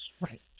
Right